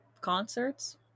concerts